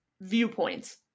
viewpoints